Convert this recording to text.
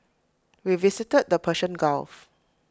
we visited the Persian gulf